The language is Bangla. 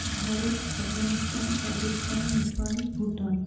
ভারত আফগানিস্তান পাকিস্তান নেপাল ভুটান